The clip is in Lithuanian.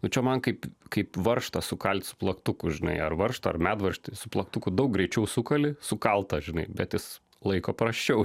nu čia man kaip kaip varžtą sukalt su plaktuku žinai ar varžtą ar medvaržtį su plaktuku daug greičiau sukali sukalt tą žinai bet jis laiko prasčiau